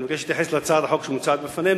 אני מבקש להתייחס להצעת החוק שמוצעת בפנינו,